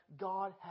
God